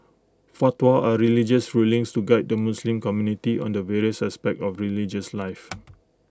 fatwas are religious rulings to guide the Muslim community on the various aspects of religious life